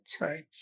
right